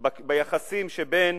ביחסים שבין